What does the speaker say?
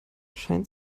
scheint